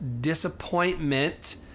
disappointment